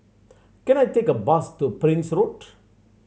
can I take a bus to Prince Road